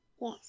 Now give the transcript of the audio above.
Yes